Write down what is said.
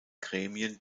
gremien